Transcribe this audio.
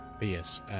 yes